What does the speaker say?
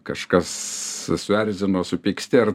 kažkas suerzino supyksti ar